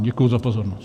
Děkuji za pozornost.